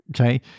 okay